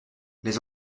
les